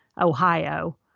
Ohio